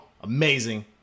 amazing